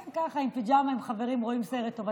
כן, ככה עם פיג'מה עם חברים, רואים סרט טוב.